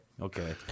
okay